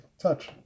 touch